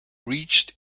reached